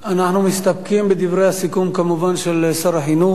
אנחנו מסתפקים בדברי הסיכום, כמובן, של שר החינוך.